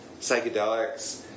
psychedelics